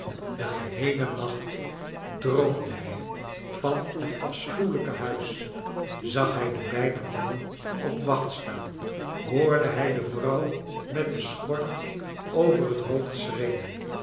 den geheelen nacht droomde hij van het afschuwelijke huis zag hij de beide mannen op wacht jstaan hoorde hij de vrouw met de schort over het hoofd schreeuwen